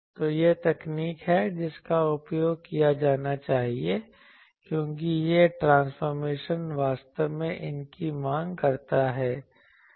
तो यह तकनीक है जिसका उपयोग किया जाना चाहिए क्योंकि यह ट्रांसफॉरमेशन वास्तव में इनकी मांग करता है